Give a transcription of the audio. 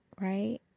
right